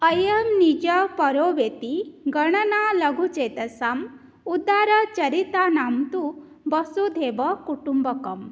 अयं निजः परो वेति गणना लघु चेतसाम् उदारचरितानां तु वसुधैव कुटुम्बकम्